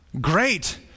great